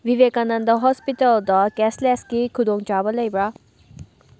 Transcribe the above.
ꯚꯤꯕꯦꯛꯀꯥꯅꯟꯗ ꯍꯣꯁꯄꯤꯇꯥꯜꯗ ꯀꯦꯁꯂꯦꯁ ꯀꯤ ꯈꯨꯗꯣꯡꯆꯥꯕ ꯂꯩꯕ꯭ꯔꯥ